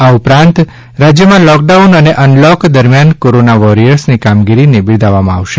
આ ઉપરાંત રાજ્યમાં લોકડાઉન અને અનલોક દરમિયાન કોરોના વોરિયર્સની કામગીરીને બિરદાવવામાં આવશે